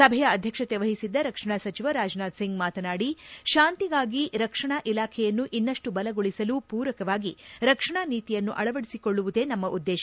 ಸಭೆಯ ಅಧ್ಯಕ್ಷತೆ ವಹಿಸಿದ್ದ ರಕ್ಷಣಾ ಸಚಿವ ರಾಜ್ನಾಥ್ ಸಿಂಗ್ ಮಾತನಾಡಿ ಶಾಂತಿಗಾಗಿ ರಕ್ಷಣಾ ಇಲಾಖೆಯನ್ನು ಇನ್ನಷ್ಟು ಸಬಲಗೊಳಿಸಲು ಪೂರಕವಾಗಿ ರಕ್ಷಣಾ ನೀತಿಯನ್ನು ಅಳವಡಿಸಿಕೊಳ್ಳುವುದೇ ನಮ್ಮ ಉದ್ದೇಶ